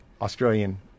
Australian